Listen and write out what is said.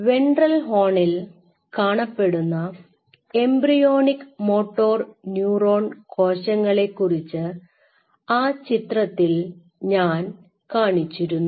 ventral ഹോണിൽ കാണപ്പെടുന്ന embryonic motor neuron കോശങ്ങളെ കുറിച്ച് ആ ചിത്രത്തിൽ ഞാൻ കാണിച്ചിരുന്നു